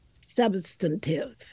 substantive